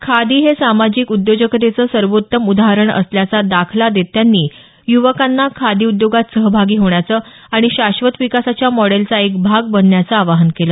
खादी हे सामाजिक उद्योजकतेचं सर्वोत्तम उदाहरण असल्याचा दाखला देत त्यांनी युवकांना खादी उद्योगात सहभागी होण्याचं आणि शाश्वत विकासाच्या मॉडेलचा एक भाग बनण्याचं आवाहन केलं